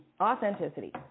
authenticity